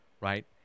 right